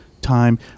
time